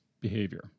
behavior